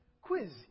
Quiz